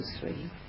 three